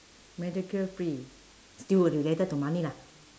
medical free still related to money lah